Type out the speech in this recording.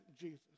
Jesus